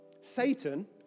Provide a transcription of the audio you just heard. Satan